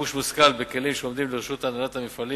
ושימוש מושכל בכלים שעומדים לרשות הנהלת המפעלים,